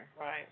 Right